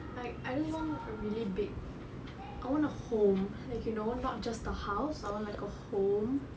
like I don't want a really big I want a home like you know not just a house I want a home